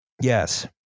Yes